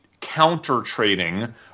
counter-trading